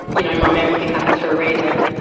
you know um um everything happens for a reason,